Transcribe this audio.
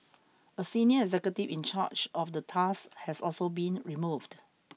a senior executive in charge of the task has also been removed